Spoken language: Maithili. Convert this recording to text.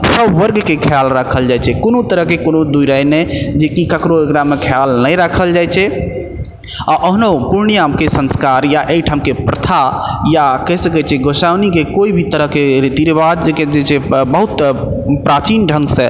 सब वर्गके खयाल राखल जाइ छै कोनो तरहके कोनो दू राय नहि जे कि ककरो एकरामे खयाल नहि राखल जाइ छै आओर अहुनाओ पूर्णियाँकेँ संस्कार या एहि ठामके प्रथा या कहि सकैत छी गोसाउनीके कोइ भी तरहके रीति रिवाजके जे छै बहुत प्राचीन ढङ्ग से